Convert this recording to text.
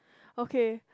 okay